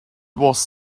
was